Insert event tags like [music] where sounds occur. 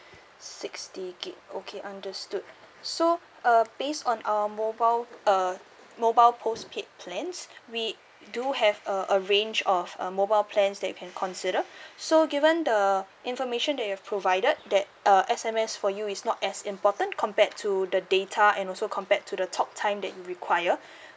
sixty gig okay understood so uh based on our mobile uh mobile postpaid plans we do have uh a range of uh mobile plans that you can consider [breath] so given the information that you've provided that uh S_M_S for you is not as important compared to the data and also compared to the talk time that you require [breath]